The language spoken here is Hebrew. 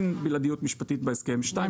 שתיים,